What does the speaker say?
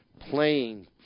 Playing